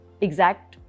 exact